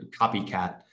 copycat